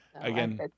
again